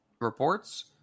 reports